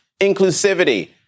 inclusivity